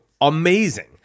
amazing